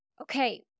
Okay